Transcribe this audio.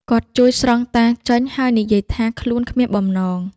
គាត់ជួយស្រង់តាចេញ ហើយនិយាយថាខ្លួនគ្មានបំណង។